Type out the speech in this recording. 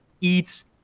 eats